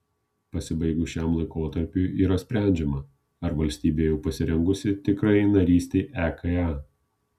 pasibaigus šiam laikotarpiui yra sprendžiama ar valstybė jau pasirengusi tikrajai narystei eka